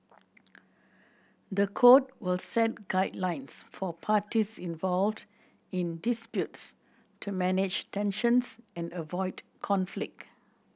the code will set guidelines for parties involved in disputes to manage tensions and avoid conflict